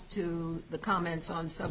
to the comments on some